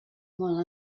molt